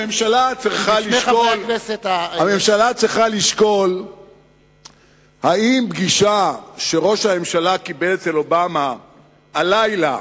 הממשלה צריכה לשקול אם פגישה שראש הממשלה קיבל אצל אובמה הלילה,